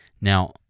now